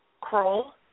Kroll